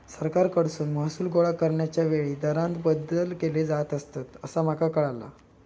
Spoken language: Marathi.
सरकारकडसून महसूल गोळा करण्याच्या वेळी दरांत बदल केले जात असतंत, असा माका कळाला